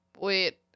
Wait